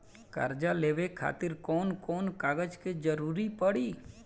कर्जा लेवे खातिर कौन कौन कागज के जरूरी पड़ी?